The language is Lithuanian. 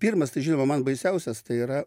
pirmas tai žinoma man baisiausias tai yra